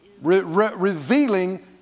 Revealing